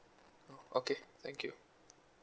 okay thank you